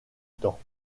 temps